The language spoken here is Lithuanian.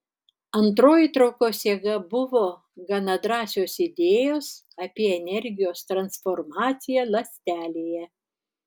antroji traukos jėga buvo gana drąsios idėjos apie energijos transformaciją ląstelėje